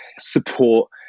support